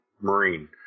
Marine